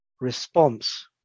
response